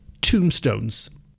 tombstones